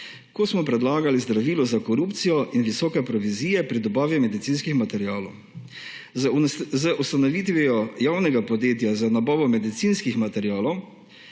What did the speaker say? ko smo predlagali zdravilo za korupcijo in visoke provizije pri dobavi medicinskih materialov. Z ustanovitvijo javnega podjetja za nabavo medicinskih materialov,